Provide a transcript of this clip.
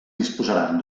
disposaran